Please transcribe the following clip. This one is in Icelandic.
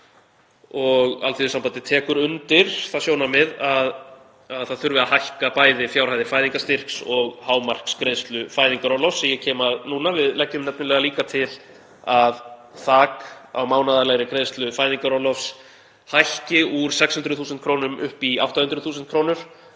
og Alþýðusambandið tekur undir það sjónarmið að það þurfi að hækka bæði fjárhæðir fæðingarstyrks og hámarksgreiðslur fæðingarorlofs — sem ég kem að núna. Við leggjum nefnilega líka til að þak á mánaðarlegri greiðslu fæðingarorlofs hækki úr 600.000 kr. upp í 800.000 kr.